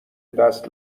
دست